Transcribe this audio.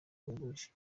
buhebuje